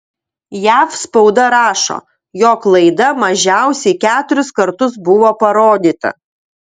jav spauda rašo jog laida mažiausiai keturis kartus buvo parodyta